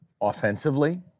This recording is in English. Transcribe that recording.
offensively